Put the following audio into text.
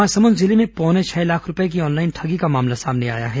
महासमंद जिले में पौने छह लाख रूपये की ऑनलाइन ठगी का मामला सामने आया है